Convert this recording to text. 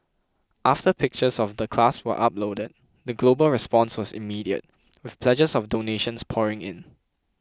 after pictures of the class were uploaded the global response was immediate with pledges of donations pouring in